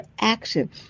action